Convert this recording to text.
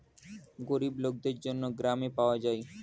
গরিব লোকদের জন্য গ্রামে পাওয়া যায়